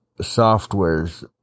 softwares